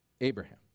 Abraham